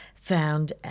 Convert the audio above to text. found